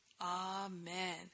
Amen